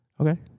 Okay